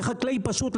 כחקלאי פשוט,